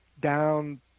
down